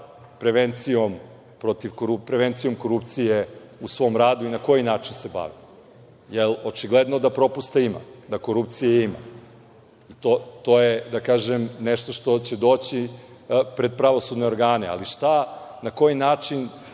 prevencijom korupcije u svom radu i na koji način se bave? Očigledno da propusta ima, da korupcije ima. To je, da kažem, nešto što će doći pred pravosudne organe, ali na koji način